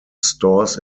stores